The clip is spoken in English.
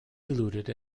diluted